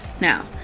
now